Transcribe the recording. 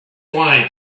why